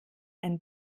ein